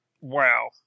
Wow